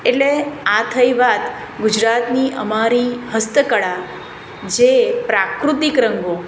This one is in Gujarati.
એટલે આ થઈ વાત ગુજરાતની અમારી હસ્તકળા જે પ્રાકૃતિક રંગો